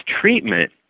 treatment